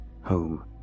Home